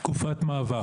תקופת מעבר.